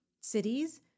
cities